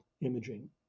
imaging